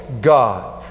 God